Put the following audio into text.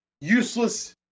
useless